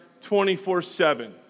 24-7